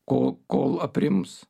ko kol aprims